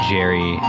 Jerry